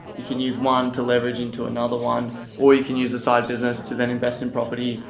you can use one to leverage into another one or you can use the side business to then invest in property,